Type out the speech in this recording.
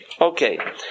Okay